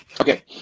Okay